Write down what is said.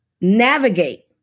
navigate